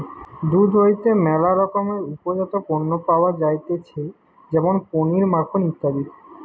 দুধ হইতে ম্যালা রকমের উপজাত পণ্য পাওয়া যাইতেছে যেমন পনির, মাখন ইত্যাদি